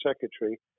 secretary